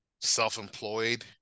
self-employed